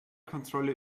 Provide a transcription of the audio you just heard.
kontrolle